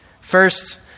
First